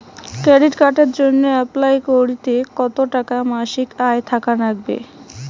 Credit কার্ডের জইন্যে apply করিতে কতো টাকা মাসিক আয় থাকা নাগবে?